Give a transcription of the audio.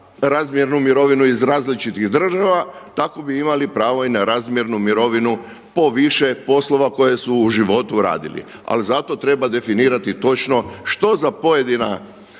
razmjernu mirovinu iz različitih država tako bi imali pravo i na razmjernu mirovinu po više poslova koje su u životu radili ali zato treba definirati točno što za pojedina